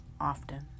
often